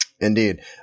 Indeed